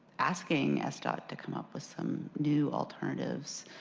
asking sdot to come up with some new alternatives.